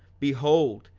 behold,